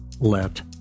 Let